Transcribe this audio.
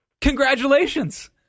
Congratulations